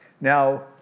Now